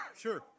Sure